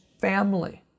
family